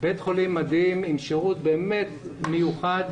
בית חולים מדהים עם שירות באמת מיוחד.